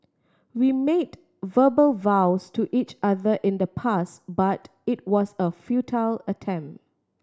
we made verbal vows to each other in the past but it was a futile attempt